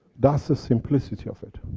that's the simplicity of it.